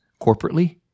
corporately